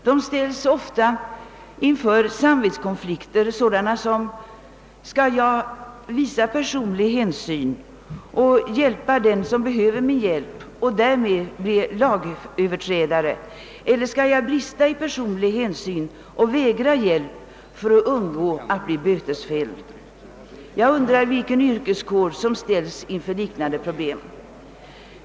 De ställs ofta inför samvetskonflikter sådana som: Skall jag visa personlig hänsyn och hjälpa den som behöver min hjälp och därmed bli lagöverträdare, eller skall jag brista i personlig hänsyn och vägra hjälp för att undvika att bli bötesfälld? Jag undrar vilken yrkeskår som ställes inför liknande problem.